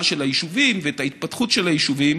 של היישובים ואת ההתפתחות של היישובים